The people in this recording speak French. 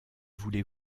voulez